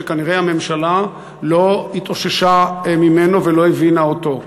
שכנראה הממשלה לא התאוששה ממנו ולא הבינה אותו.